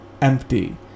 empty